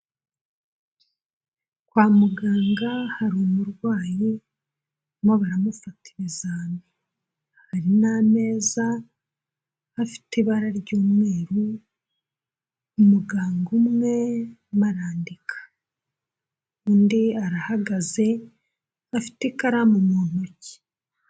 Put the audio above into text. Kwa muganga hari umurwayi barimo baramufata ibizami, hari n'ameza afite ibara ry'umweru umuganga umwe arimo arandika, undi arahagaze afite ikaramu mu ntoki.